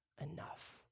enough